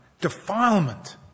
Defilement